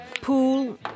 Pool